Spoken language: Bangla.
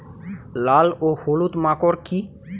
লাল ও হলুদ মাকর কী?